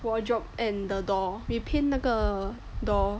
wardrobe and the door we paint 那个 door